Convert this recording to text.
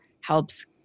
helps